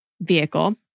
vehicle